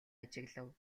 ажиглав